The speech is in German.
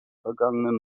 vergangenen